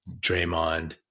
Draymond